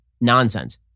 nonsense